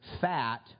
fat